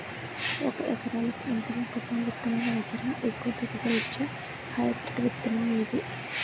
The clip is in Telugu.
ఒక ఎకరాలకు ఎంత మొక్కజొన్న విత్తనాలు అవసరం? ఎక్కువ దిగుబడి ఇచ్చే హైబ్రిడ్ విత్తనం ఏది?